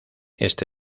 este